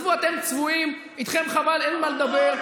עזבו, אתם צבועים, איתכם, חבל, אין מה לדבר.